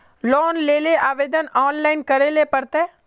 Loan लेले आवेदन online करे ले पड़ते?